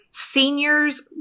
seniors